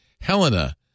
Helena